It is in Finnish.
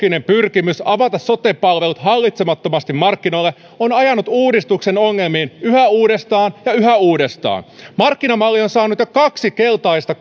ideologinen pyrkimys avata sote palvelut hallitsemattomasti markkinoille on ajanut uudistuksen ongelmiin yhä uudestaan ja yhä uudestaan markkinamalli on saanut jo kaksi keltaista